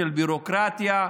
של ביורוקרטיה.